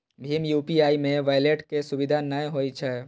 भीम UPI मे wallet के सुविधा नै होइ छै